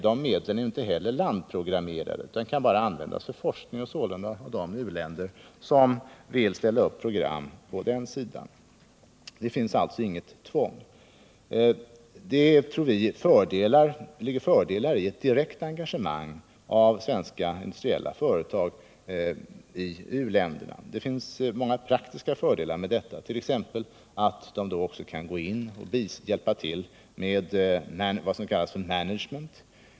De medlen är inte heller landprogrammerade utan kan bara användas för forskning av de u-länder som vill ställa upp program på den sidan. Det finns alltså inget tvång. Vi tror att det ligger praktiska fördelar i ett direkt engagemang av svenska industriella företag i u-länderna. Företagen kan gå in och hjälpa till med vad som kallas för management.